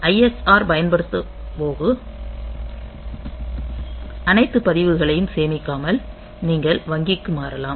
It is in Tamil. ISR பயன்படுத்தப் போகும் அனைத்து பதிவுகளையும் சேமிக்காமல் நீங்கள் வங்கிக்கு மாறலாம்